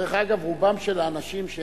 דרך אגב, רוב האנשים שנמצאים